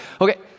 Okay